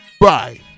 Bye